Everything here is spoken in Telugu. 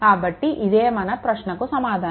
కాబట్టి ఇదే మన ప్రశ్నకు సమాధానం